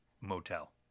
motel